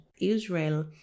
Israel